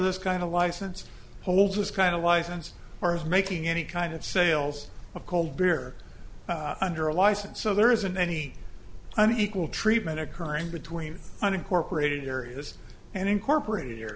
this kind of license holders kind of license or is making any kind of sales a cold beer under a license so there isn't any unequal treatment occurring between unincorporated areas and incorporated